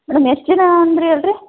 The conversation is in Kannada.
ಮೇಡಮ್ ಎಷ್ಟು ಜನ ಅಂದಿರಿ ಹೇಳ್ರಿ